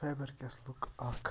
fibre کیسلُک اکھ